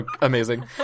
Amazing